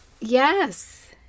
Yes